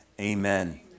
amen